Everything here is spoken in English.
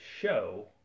show